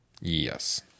yes